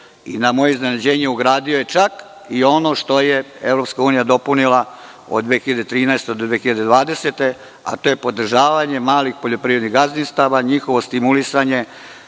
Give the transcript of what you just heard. i na moje iznenađenje ugradio je čak i ono što je EU dopunila od 2013. do 2020. godine, a to je podržavanje malih poljoprivrednika gazdinstava, njihovo stimulisanje,